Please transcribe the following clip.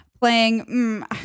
playing